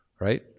right